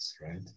right